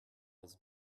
was